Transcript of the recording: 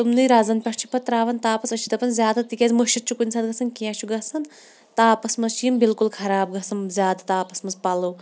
تِمنٕے رَزَن پیٚٹھ چھِ پَتہٕ تراوان تاپَس أسۍ چھِ دَپان زیادٕ تکیازٕ مٔشیٖد چھُ کُنہِ ساتہٕ گَژھان کینٛہہ چھُ گَژھان تاپَس مَنٛذ چھِ یِم بِلکُل خَراب گَژھان زیادٕ تاپَس مَنٛز پَلَو